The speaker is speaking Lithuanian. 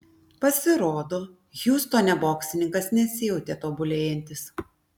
pasirodo hjustone boksininkas nesijautė tobulėjantis